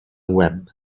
web